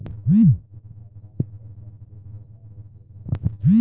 हमरे खाता मे पैसा चेक करवावे के बा?